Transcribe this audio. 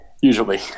usually